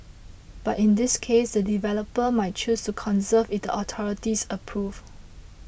but in this case the developer might choose to conserve if the authorities approve